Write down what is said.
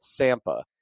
Sampa